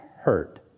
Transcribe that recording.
hurt